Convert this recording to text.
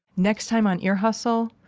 next time on ear hustle,